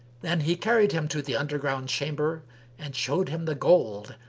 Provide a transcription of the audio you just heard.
then he carried him to the underground-chamber and showed him the gold,